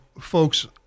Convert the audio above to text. folks